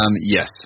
yes